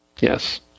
Yes